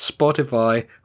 Spotify